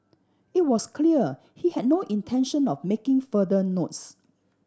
it was clear he had no intention of making further notes